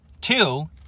Two